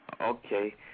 Okay